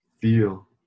Feel